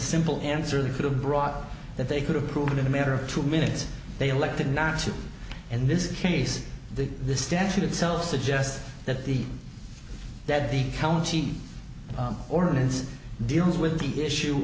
simple answer that could have brought that they could have proven in a matter of two minutes they elected not to and this case the this definite cell suggest that the that the county ordinance deals with the issue